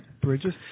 Bridges